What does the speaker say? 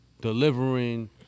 delivering